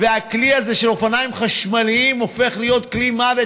והכלי הזה של אופניים חשמליים הופך להיות כלי מוות,